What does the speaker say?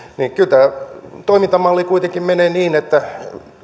niin kyllä tämä toimintamalli kuitenkin menee niin että